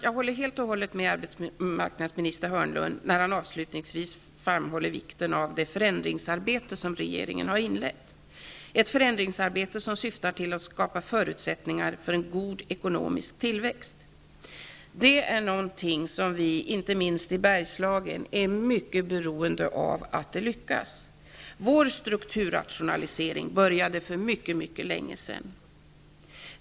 Jag håller helt och hållet med arbetsmarknadsminister Hörnlund när han avslutningsvis framhåller vikten av det förändringsarbete som regeringen har inlett, ett förändringsarbete som syftar till att skapa förutsättningar för en god ekonomisk tillväxt. Inte minst vi i Bergslagen är mycket beroende av att det lyckas. Vår strukturrationalisering började för mycket länge sedan.